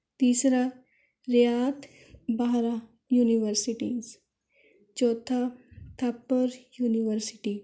ਤੀਸਰਾ ਰਿਆਤ ਬਾਹਰਾ ਯੂਨੀਵਰਸਿਟੀਜ ਚੌਥਾ ਥਾਪਰ ਯੂਨੀਵਰਸਿਟੀ